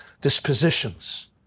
dispositions